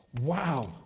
Wow